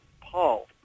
Paul